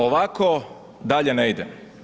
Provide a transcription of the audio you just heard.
Ovako dalje ne ide.